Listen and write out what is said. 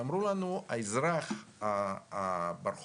ואמרו לנו: האזרח ברחוב